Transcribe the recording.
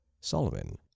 Solomon